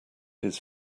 his